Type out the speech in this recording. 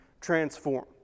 transform